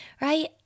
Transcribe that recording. right